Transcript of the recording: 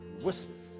Whispers